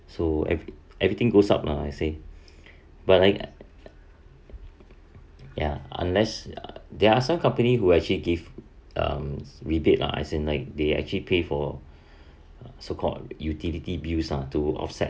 so eve~ everything goes up lah I say but like ya unless there are some company who actually give um rebate lah as in like they actually pay for so called utility bills ah to offset